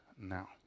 now